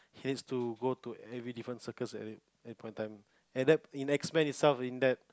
he has to go to every different circus at at point in time and in that in X-Men itself in that